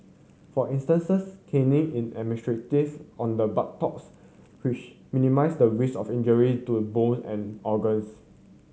for instances caning is administered on the buttocks which minimise the risk of injury to bone and organs